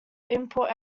import